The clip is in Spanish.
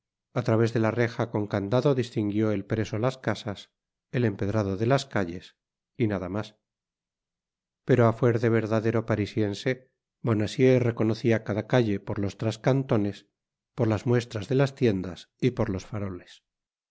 á través de la reja con candado distinguió el preso las casas el empedrado delas calles y nada mas pero á fuer de verdadero parisiense bonacieux reconocia cada calle por los trascantones por las muestras de las tiendas y por tos faroles al